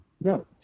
No